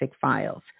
files